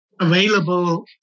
available